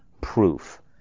proof